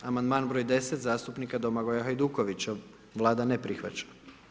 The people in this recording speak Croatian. Amandman broj 10. zastupnika Domagoja Hajdukovića, Vlada ne prihvaća.